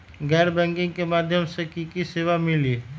गैर बैंकिंग के माध्यम से की की सेवा मिली?